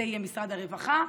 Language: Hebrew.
שזה יהיה משרד הרווחה,